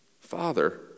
Father